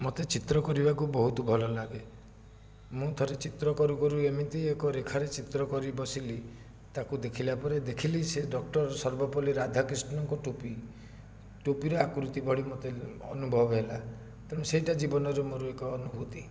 ମୋତେ ଚିତ୍ର କରିବାକୁ ବହୁତ ଭଲ ଲାଗେ ମୁଁ ଥରେ ଚିତ୍ର କରୁ କରୁ ଏମିତି ଏକ ରେଖାରେ ଚିତ୍ର କରି ବସିଲି ତାକୁ ଦେଖିଲା ପରେ ଦେଖିଲି ସେ ଡକ୍ଟର ସର୍ବପଲ୍ଲି ରାଧାକ୍ରିଷ୍ଣଙ୍କ ଟୋପି ଟୋପିର ଆକୃତି ଭଳି ମୋତେ ଅନୁଭବ ହେଲା ତେଣୁ ସେଇଟା ଜୀବନରେ ମୋର ଏକ ଅନୁଭୂତି